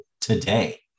today